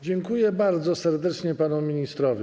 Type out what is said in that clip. Dziękuję bardzo serdecznie panu ministrowi.